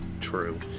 true